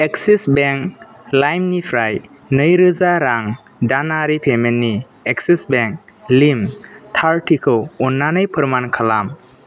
axis bank लाइमनिफ्राय नैरोजा रां दानारि पेमेन्टनि एक्सिस बेंक लिम थारथिखौ अन्नानै फोरमान खालाम